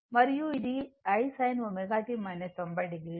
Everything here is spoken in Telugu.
ఇది I sin ω t 90 o